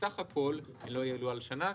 שבסך הכול הן לא יעלו על שנה.